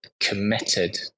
committed